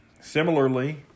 Similarly